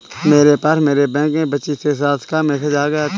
मेरे पास मेरे बैंक में बची शेष राशि का मेसेज आ गया था